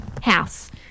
house